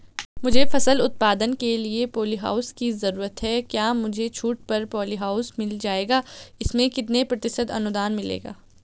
मुझे फसल उत्पादन के लिए प ॉलीहाउस की जरूरत है क्या मुझे छूट पर पॉलीहाउस मिल जाएगा इसमें कितने प्रतिशत अनुदान मिलेगा?